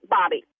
Bobby